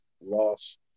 loss